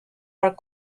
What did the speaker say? are